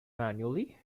manually